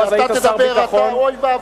כשאתה תדבר, אתה, אוי ואבוי.